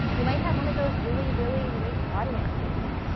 you might have one of those really, really niche audiences.